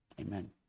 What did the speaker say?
Amen